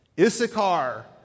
Issachar